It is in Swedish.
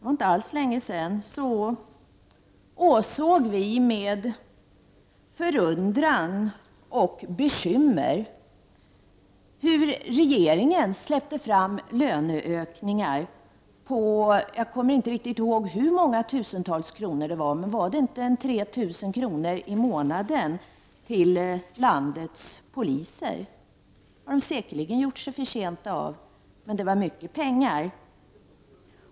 För inte alls länge sedan åsåg vi med förundran och bekymmer hur regeringen släppte fram löneökningar på, jag kommer inte riktigt ihåg hur många tusentals kronor, men var det inte 3 000 kr. i månaden till landets poliser? Det har de säkerligen gjort sig förtjänta av, men det är mycket pengar.